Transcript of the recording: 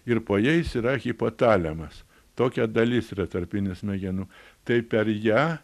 ir po jais yra hipotalemas tokia dalis yra tarpinė smegenų tai per ją